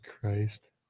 Christ